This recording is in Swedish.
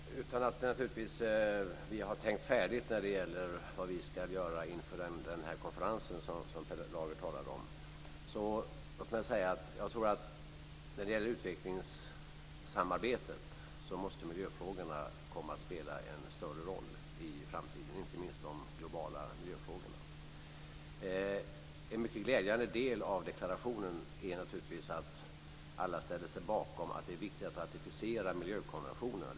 Fru talman! Vi har naturligtvis inte tänkt färdigt när det gäller vad vi ska göra inför den konferens som Per Lager talade om. Men låt mig säga att jag tror att miljöfrågorna, när det gäller utvecklingssamarbetet, måste komma att spela en större roll i framtiden, inte minst de globala miljöfrågorna. En mycket glädjande del av deklarationen är naturligtvis att alla ställer sig bakom att det är viktigt att ratificera miljökonventionerna.